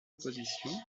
opposition